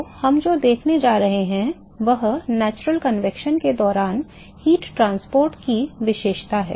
तो हम जो देखने जा रहे हैं वह प्राकृतिक संवहन के दौरान ऊष्मा परिवहन की विशेषता है